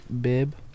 bib